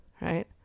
right